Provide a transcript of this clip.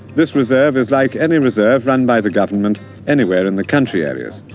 this reserve is like any reserve run by the government anywhere in the country areas.